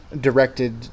directed